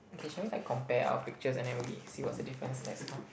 okay shall we like compare our pictures and then we see what's the difference let's count